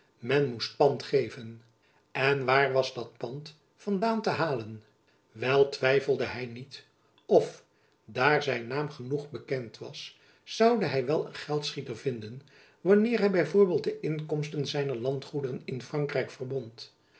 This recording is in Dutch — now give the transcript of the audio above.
men moest pand geven en waar was dat pand van daan te halen wel twijfelde hy niet of daar zijn naam genoeg bekend was zoude hy wel een geldschieter vinden wanneer hy b v de inkomsten zijner landgoederen in frankryk verbond